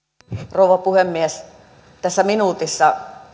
rouva puhemies tässä minuutissa